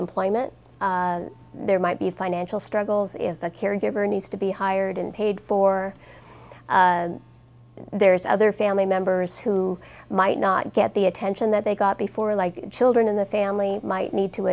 employment there might be financial struggles if the caregiver needs to be hired and paid for and there's other family members who might not get the attention that they got before like children in the family might need to